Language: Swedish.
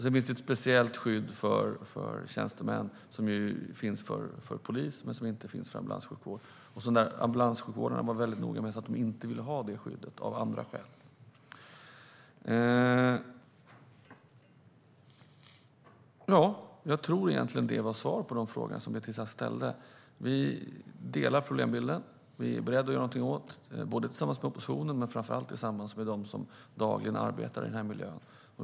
Det finns ett speciellt skydd för tjänstemän. Det finns för polis men inte för ambulanssjukvårdare. Ambulanssjukvårdarna var väldigt noga med att de inte ville ha det skyddet, av andra skäl. Jag tror egentligen att det var svar på de frågor som Beatrice Ask ställde. Vi delar problembilden. Vi är beredda att göra någonting åt detta tillsammans med oppositionen men framför allt tillsammans med dem som dagligen arbetar i den här miljön.